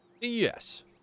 Yes